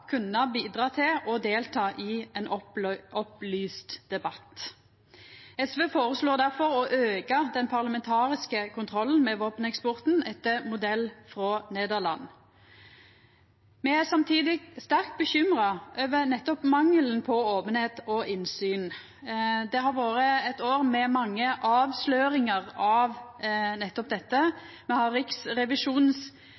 kunna bidra til og delta i ein opplyst debatt. SV føreslår difor å auka den parlamentariske kontrollen med våpeneksporten, etter modell frå Nederland. Me er samtidig sterkt bekymra over nettopp mangelen på openheit og innsyn. Det har vore eit år med mange avsløringar av nettopp